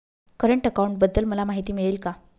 Current अकाउंटबद्दल मला माहिती मिळेल का?